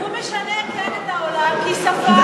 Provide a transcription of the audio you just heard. הוא כן משנה את העולם, כי שפה קובעת תודעה.